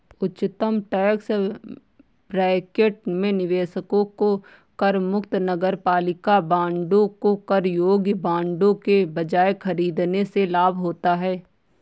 उच्चतम tax bracket में निवेशकों को करमुक्त नगरपालिका बांडों को कर योग्य बांडों के बजाय खरीदने से लाभ होता है